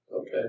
Okay